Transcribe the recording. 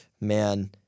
Man